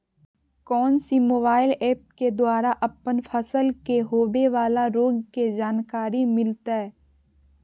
कौन सी mobile app के द्वारा अपन फसल के होबे बाला रोग के जानकारी मिलताय?